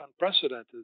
unprecedented